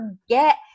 forget